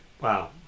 Wow